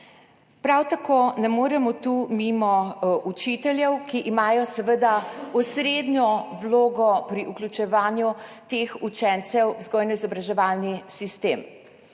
Prav tako ne moremo tu mimo učiteljev, ki imajo osrednjo vlogo pri vključevanju teh učencev v vzgojno-izobraževalni sistem.